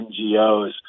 NGOs